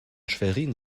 schwerin